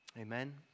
Amen